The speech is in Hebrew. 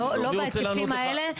לא בהיקפים האלה.